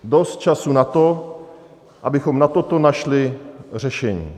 Dost času na to, abychom na toto našli řešení.